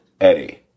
Eddie